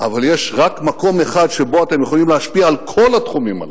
אבל יש רק מקום אחד שבו אתם יכולים להשפיע על כל התחומים הללו,